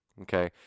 okay